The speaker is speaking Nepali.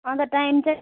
अन्त टाइम चाहिँ